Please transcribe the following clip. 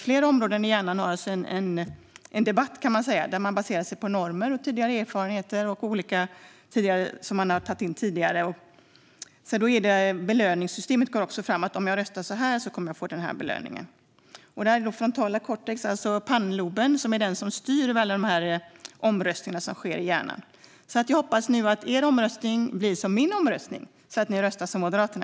Flera områden i hjärnan har en debatt, kan man säga, där man baserar sig på normer, tidigare erfarenheter och sådant som man tagit in tidigare. Belöningssystemet spelar också en roll: Om jag röstar så här kommer jag att få en belöning. Det är frontala cortex, alltså pannloben, som styr över alla de omröstningar som sker i hjärnan. Jag hoppas nu att er omröstning blir som min omröstning, så att ni röstar som Moderaterna.